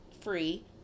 free